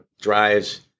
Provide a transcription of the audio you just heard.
drives